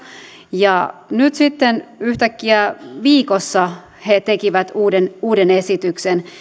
ja nyt sitten yhtäkkiä viikossa he tekivät uuden uuden esityksen